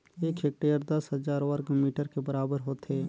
एक हेक्टेयर दस हजार वर्ग मीटर के बराबर होथे